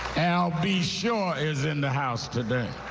al b. shore is in the house today.